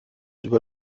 über